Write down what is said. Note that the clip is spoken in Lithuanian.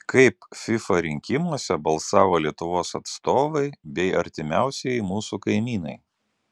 kaip fifa rinkimuose balsavo lietuvos atstovai bei artimiausieji mūsų kaimynai